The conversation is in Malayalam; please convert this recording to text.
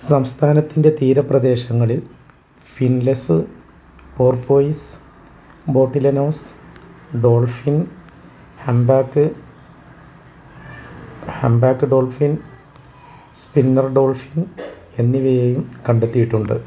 സംസ്ഥാനത്തിന്റെ തീരപ്രദേശങ്ങളിൽ finless porpoise bottlenose dolphin humpback humpback dolphin spinner dolphin എന്നിവയെയും കണ്ടെത്തിയിട്ടുണ്ട്